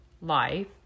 Life